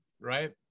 right